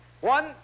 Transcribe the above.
One